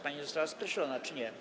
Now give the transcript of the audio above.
Pani została skreślona czy nie?